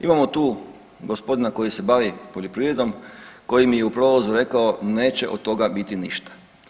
Imamo tu gospodina koji se bavi poljoprivredom, koji mi je u prolazu rekao, neće od toga biti ništa.